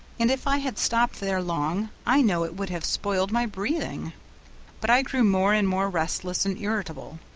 and if i had stopped there long i know it would have spoiled my breathing but i grew more and more restless and irritable,